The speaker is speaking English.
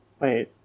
Wait